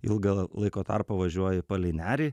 ilgą laiko tarpą važiuoju palei nerį